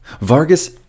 Vargas